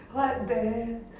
what the hell